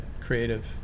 Creative